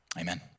amen